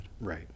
right